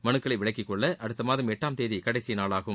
மனுக்களை விலக்கிக் கொள்ள அடுத்த மாதம் எட்டாம் தேதி கடைசி நாளாகும்